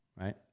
Right